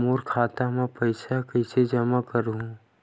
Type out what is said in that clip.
मोर खाता म पईसा कइसे जमा करहु?